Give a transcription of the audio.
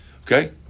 Okay